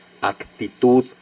actitud